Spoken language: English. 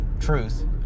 truth